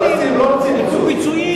הפלסטינים לא רוצים פיצוי.